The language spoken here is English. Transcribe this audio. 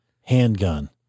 handgun